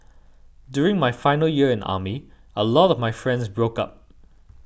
during my final year in army a lot of my friends broke up